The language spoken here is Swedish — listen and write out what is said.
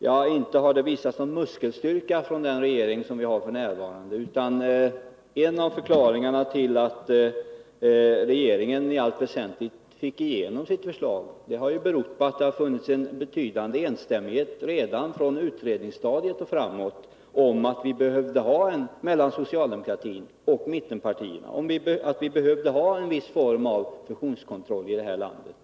Ja, inte har det visats någon muskelstyrka från den regering som vi har f. n., utan en av förklaringarna till att regeringen i allt väsentligt torde få igenom sitt förslag är att det har funnits en betydande samstämmighet redan från utredningsstadiet och framåt mellan socialdemokraterna och mittenpartierna om att vi behövde ha en viss form av fusionskontroll i det här landet.